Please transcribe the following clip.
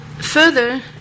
Further